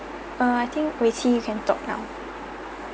err I think wei-qi you can talk now